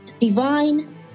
Divine